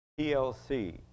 PLC